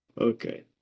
Okay